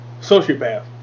Sociopath